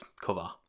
cover